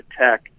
Tech